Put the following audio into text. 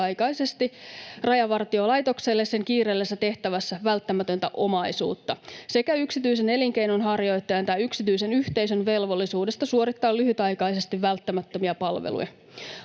lyhytaikaisesti Rajavartiolaitokselle sen kiireellisessä tehtävässä välttämätöntä omaisuutta sekä yksityisen elinkeinonharjoittajan tai yksityisen yhteisön velvollisuudesta suorittaa lyhytaikaisesti välttämättömiä palveluja.